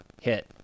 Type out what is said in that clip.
hit